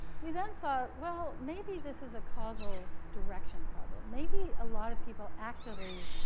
we then thought, well, maybe this is a causal direction problem. maybe a lot of people actually,